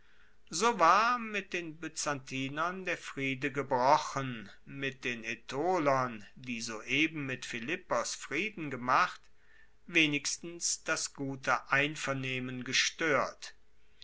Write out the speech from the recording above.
so war mit den byzantiern der friede gebrochen mit den aetolern die soeben mit philippos frieden gemacht wenigstens das gute einvernehmen gestoert